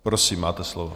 Prosím, máte slovo.